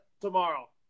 tomorrow